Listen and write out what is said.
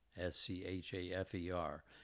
S-C-H-A-F-E-R